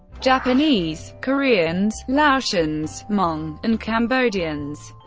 japanese, koreans, laotians, hmong, and cambodians.